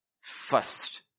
first